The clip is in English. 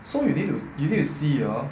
so you need you need to see you know